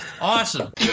Awesome